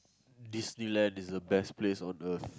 Disneyland is the best place on earth